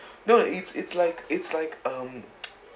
no it's it's like it's like um